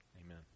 Amen